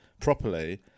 properly